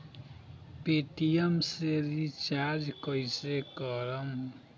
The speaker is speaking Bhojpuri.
पेटियेम से रिचार्ज कईसे करम?